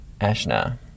Ashna